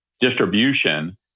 distribution